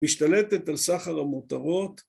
משתלטת על סחר המותרות